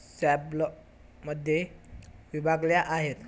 स्लॅबमध्ये विभागल्या आहेत